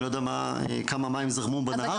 אני לא יודע כמה מים זרמו בנהר מאז.